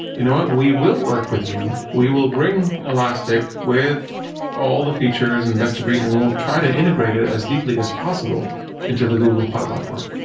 you know what? we will work with you. we will bring elastic with all the features and best of breed and we'll try to integrate it as deeply as possible into the google cloud platform.